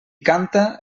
canta